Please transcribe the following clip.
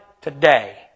today